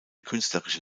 künstlerische